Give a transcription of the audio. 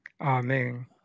Amen